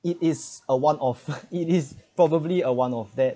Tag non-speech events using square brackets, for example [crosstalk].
it is a one of [laughs] it is probably a one of that